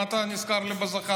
מה אתה נזכר לי בזחאלקה?